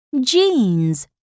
Jeans